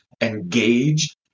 engaged